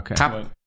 Okay